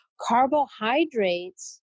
carbohydrates